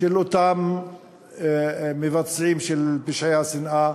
של אותם מבצעים של פשעי השנאה,